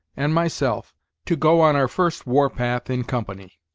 and myself to go on our first war path in company,